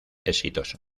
exitoso